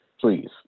Please